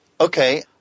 Okay